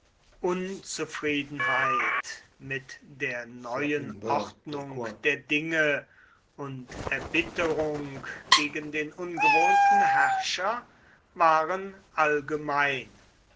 unzufriedenheit mit der neuen ordnung der dinge und erbitterung gegen den ungewohnten herrscher waren allgemein